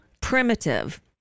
primitive